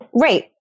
Right